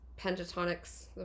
pentatonics